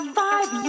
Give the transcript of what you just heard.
five